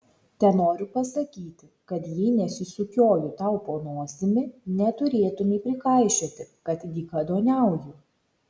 tenoriu pasakyti kad jei nesisukioju tau po nosimi neturėtumei prikaišioti kad dykaduoniauju